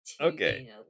Okay